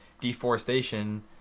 deforestation